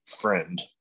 friend